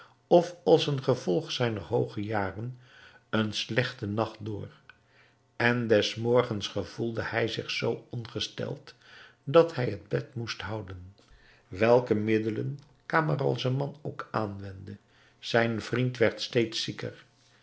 of als een gevolg zijner hooge jaren een slechten nacht door en des morgens gevoelde hij zich zoo ongesteld dat hij het bed moest houden welke middelen camaralzaman ook aanwendde zijn vriend werd steeds zieker